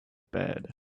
bed